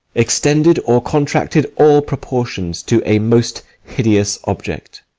extended or contracted all proportions to a most hideous object.